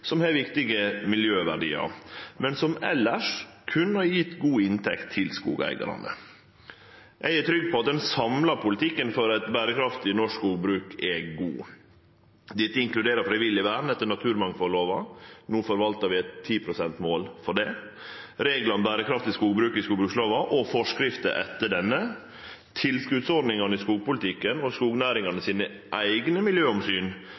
som har viktige miljøverdiar, men som elles kunne ha gitt god inntekt til skogeigarane. Eg er trygg på at den samla politikken for eit berekraftig norsk skogbruk er god. Dette inkluderer frivillig vern etter naturmangfaldlova – no forvaltar vi eit 10 pst.-mål for det – reglar om berekraftig skogbruk i skogbrukslova og forskrifter etter denne, tilskotsordningane i skogpolitikken og skognæringa sine eigne miljøomsyn